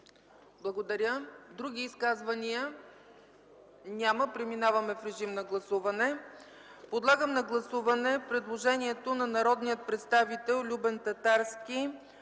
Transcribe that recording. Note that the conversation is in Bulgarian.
Благодаря. Други изказвания? Няма. Преминаваме в режим на гласуване. Подлагам на гласуване предложението на народния представител Любен Татарски